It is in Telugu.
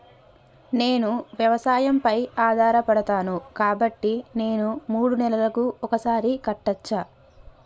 నేను వ్యవసాయం పై ఆధారపడతాను కాబట్టి నేను మూడు నెలలకు ఒక్కసారి కట్టచ్చా?